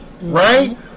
Right